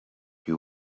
you